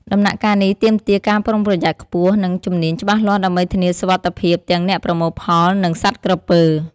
ដំណាក់កាលនេះទាមទារការប្រុងប្រយ័ត្នខ្ពស់ និងជំនាញច្បាស់លាស់ដើម្បីធានាសុវត្ថិភាពទាំងអ្នកប្រមូលផល និងសត្វក្រពើ។